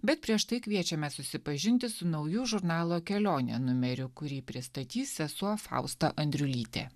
bet prieš tai kviečiame susipažinti su nauju žurnalo kelionė numeriu kurį pristatys sesuo fausta andriulytė